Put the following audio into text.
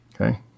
okay